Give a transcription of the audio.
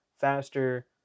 faster